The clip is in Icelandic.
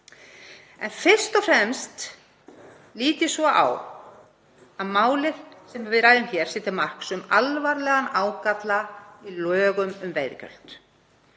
En fyrst og fremst lít ég svo á að málið sem við ræðum hér sé til marks um alvarlegan ágalla í lögum um veiðigjald.